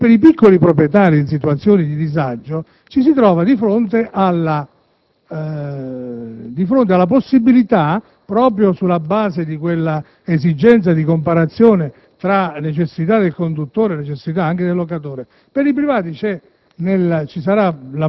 tenendo conto che per i piccoli proprietari in situazioni di disagio ci si trova di fronte alla possibilità - proprio sulla base di quell'esigenza di comparazione tra necessità del conduttore e del locatore - data ai privati di